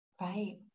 Right